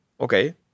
okay